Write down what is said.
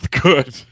good